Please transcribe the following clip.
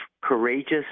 courageous